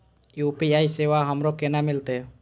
UPI सेवा हमरो केना मिलते?